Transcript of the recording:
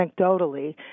anecdotally